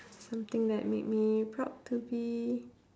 something that made me proud to be